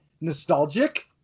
nostalgic